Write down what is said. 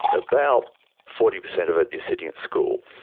about forty percent of it is sitting at school.